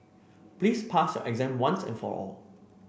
please pass your exam once and for all